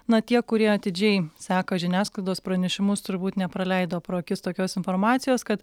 na tie kurie atidžiai seka žiniasklaidos pranešimus turbūt nepraleido pro akis tokios informacijos kad